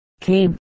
came